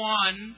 one